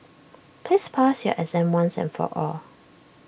please pass your exam once and for all